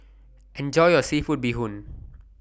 Enjoy your Seafood Bee Hoon